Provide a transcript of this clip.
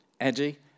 Eddie